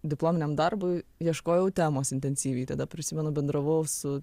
diplominiam darbui ieškojau temos intensyviai tada prisimenu bendravau su